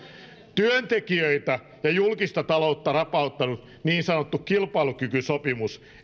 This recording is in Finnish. työntekijöitä ja julkista taloutta rapauttanut niin sanottu kilpailukykysopimus